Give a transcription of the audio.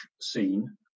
scene